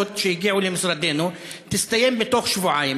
שהגיעו למשרדנו תסתיים בתוך שבועיים.